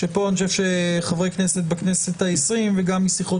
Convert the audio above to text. שפה אני חושב שחברי כנסת בכנסת ה-20 וגם משיחות